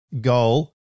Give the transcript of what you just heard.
goal